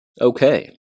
Okay